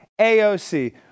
AOC